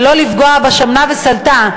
ולא לפגוע בשמנה וסולתה,